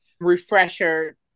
refresher